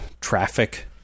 traffic